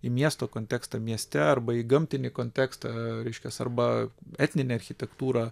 į miesto kontekstą mieste arba į gamtinį kontekstą reiškias arba etninę architektūrą